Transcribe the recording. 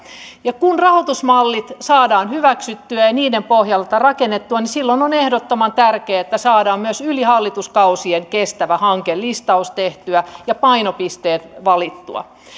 ja kun rahoitusmallit saadaan hyväksyttyä ja ja niiden pohjalta rakennettua niin silloin on ehdottoman tärkeää että saadaan myös yli hallituskausien kestävä hankelistaus tehtyä ja painopisteet valittua